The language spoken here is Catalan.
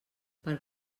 per